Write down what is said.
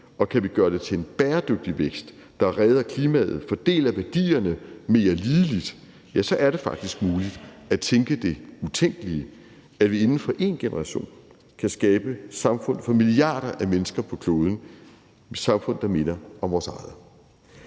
og kan vi gøre det til en bæredygtig vækst, der redder klimaet, fordeler værdierne mere ligeligt, ja, så er det faktisk muligt at tænke det utænkelige: at vi inden for én generation kan skabe samfund for milliarder af mennesker på kloden, samfund, der minder om vores eget.